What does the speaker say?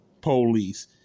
police